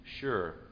sure